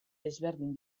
ezberdin